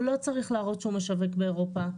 הוא לא צריך להראות שהוא משווק באירופה,